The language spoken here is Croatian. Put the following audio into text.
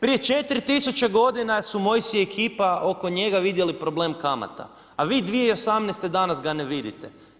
Prije 4000 godina su Mojsije i ekipa oko njega vidjeli problem kamata, a vi 2018. danas ga ne vidite.